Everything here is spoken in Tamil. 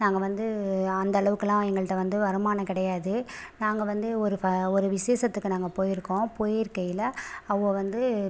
நாங்கள் வந்து அந்தளவுக்கெலாம் எங்கள்கிட்ட வந்து வருமானம் கிடையாது நாங்கள் வந்து ஒரு ஃப ஒரு விசேஷத்துக்கு நாங்கள் போயிருக்கோம் போயிருக்கையில் அவ்வவோ வந்து